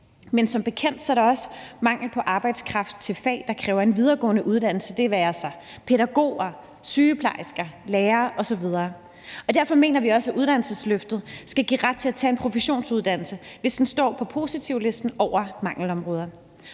men som bekendt er der også mangel på arbejdskraft i fag, der kræver en videregående uddannelse, det være sig pædagog, sygeplejerske, lærer osv. Derfor mener vi også, at uddannelsesløftet skal give ret til at tage en professionsuddannelse, hvis den står på positivlisten over mangelområder.